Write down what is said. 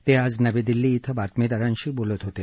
ते आज नवी दिल्ली इथं बातमीदारांशी बोलत होते